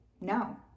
No